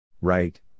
Right